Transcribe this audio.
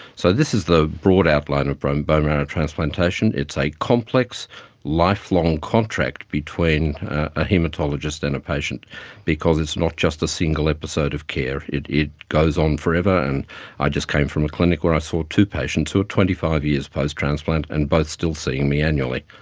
so this is the broad outline of bone marrow transplantation. it's a complex lifelong contract between a haematologist and a patient because it's not just a single episode of care, it it goes on forever. and i just came from a clinic where i saw two patients who are twenty five years post-transplant and both still seeing me annually.